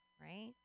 Right